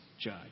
judge